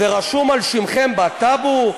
זה רשום על שמכם בטאבו?